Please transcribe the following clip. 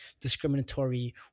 discriminatory